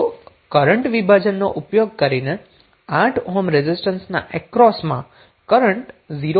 તો કરન્ટ વિભાજનનો ઉપયોગ કરીને 8 ઓહ્મ રેઝિસ્ટન્સના અક્રોસમાં કરન્ટ 0